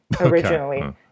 originally